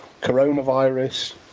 coronavirus